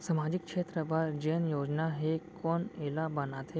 सामाजिक क्षेत्र बर जेन योजना हे कोन एला बनाथे?